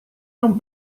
non